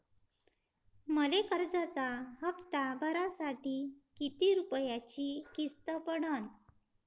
मले कर्जाचा हप्ता भरासाठी किती रूपयाची किस्त पडन?